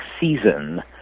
season